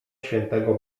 świętego